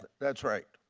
that's right.